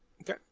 Okay